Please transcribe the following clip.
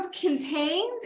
contained